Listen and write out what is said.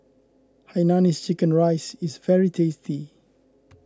Hainanese Chicken Rice is very tasty